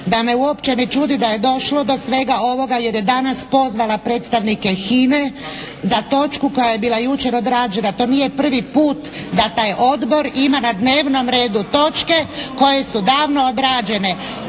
da me uopće ne čudi da je došlo do svega ovoga jer je danas pozvala predstavnike HINA-e za točku koja je bila jučer odrađena. To nije prvi put da taj odbor ima na dnevnom redu točke koje su davno odrađene.